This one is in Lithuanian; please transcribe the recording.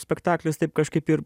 spektaklis taip kažkaip ir